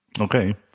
Okay